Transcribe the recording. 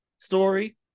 story